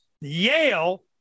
Yale